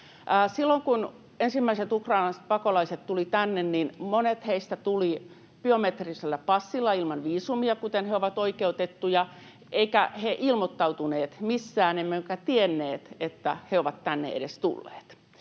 Silloin kun ensimmäiset ukrainalaiset pakolaiset tulivat tänne, niin monet heistä tulivat biometrisellä passilla ilman viisumia, kuten he ovat oikeutettuja, eivätkä he ilmoittautuneet missään emmekä edes tienneet, että he ovat tänne tulleet.